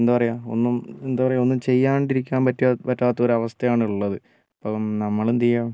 എന്താ പറയാ ഒന്നും എന്താ പറയാ ഒന്നും ചെയ്യാണ്ടിരിക്കാൻ പ പറ്റാത്ത ഒരവസ്ഥയാണുള്ളത് ഇപ്പം നമ്മളെന്തു ചെയ്യുക